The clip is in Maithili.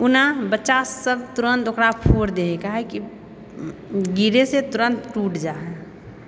उ ने बच्चा सब तुरत ओकरा फोड़ दै है काहेकी गिरे सँ तुरत टूट जा है